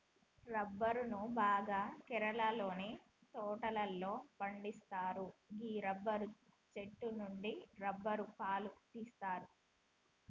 రబ్బరును బాగా కేరళలోని తోటలలో పండిత్తరు గీ రబ్బరు చెట్టు నుండి రబ్బరు పాలు తీస్తరు